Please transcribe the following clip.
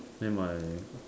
then my